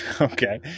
Okay